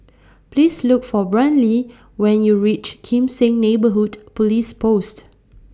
Please Look For Brynlee when YOU REACH Kim Seng Neighbourhood Police Post